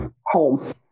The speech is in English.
home